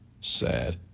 sad